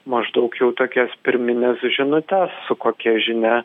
maždaug jau tokias pirmines žinutes su kokia žinia